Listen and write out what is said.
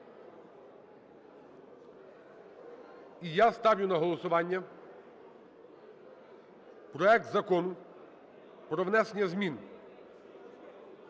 І я ставлю на голосування проект Закону про внесення змін